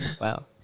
wow